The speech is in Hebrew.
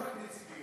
לא רק נציגויות.